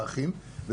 באחים.